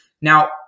Now